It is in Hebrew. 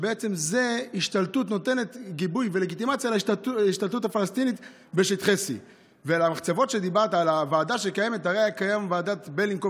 וזה נותן גיבוי ולגיטימציה להשתלטות הפלסטינית בשטחי C. ועדת בלניקוב